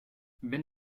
wenn